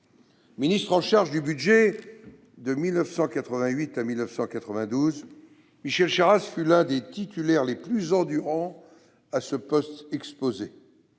Ministre chargé du budget de 1988 à 1992, Michel Charasse fut l'un des titulaires les plus endurants de ce poste exposé.